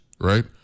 right